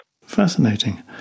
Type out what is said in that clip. Fascinating